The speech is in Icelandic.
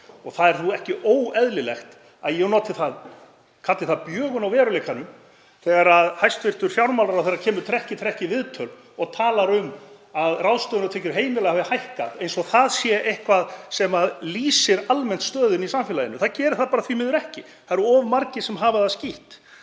Það er ekki óeðlilegt að ég kalli það bjögun á veruleikanum þegar hæstv. fjármálaráðherra kemur trekk í trekk í viðtöl og talar um að ráðstöfunartekjur heimila hafi hækkað eins og það sé eitthvað sem lýsi almennt stöðunni í samfélaginu. Það gerir það bara því miður ekki. Það eru of margir sem hafa það skítt.